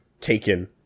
taken